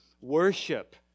worship